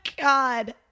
god